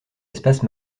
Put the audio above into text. espaces